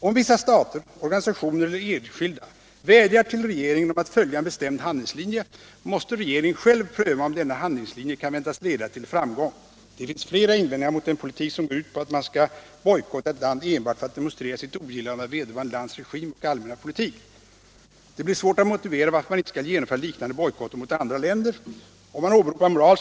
Om vissa stater, organisationer eller enskilda vädjartill regeringen om att följa en bestämd handlingslinje, måste regeringen själv pröva om denna handlingslinje kan väntas leda till framgång. ——-- Det finns flera invändningar mot en politik, som går ut på att man skall bojkotta ett land enbart för att demonstrera sitt ogillande av vederbörande lands regim och allmänna politik. Det blir svårt att motivera varför man inte skall genomföra liknande bojkotter mot andra länder, vilkas politik i speciella situationer framkallar stark indignation.